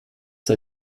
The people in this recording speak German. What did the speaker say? sei